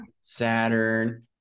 Saturn